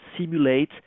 simulate